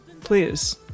Please